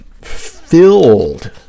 Filled